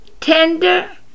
tender